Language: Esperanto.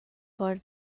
por